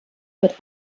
wird